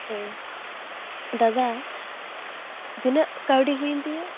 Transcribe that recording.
ᱦᱮᱸ ᱫᱟᱫᱟ ᱛᱤᱱᱟᱹᱜ ᱠᱟᱹᱣᱰᱤ ᱦᱩᱭᱮᱱ ᱛᱤᱧᱟᱹ